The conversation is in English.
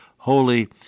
Holy